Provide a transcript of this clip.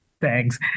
Thanks